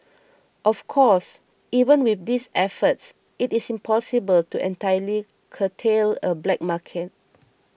of course even with these efforts it is impossible to entirely curtail a black market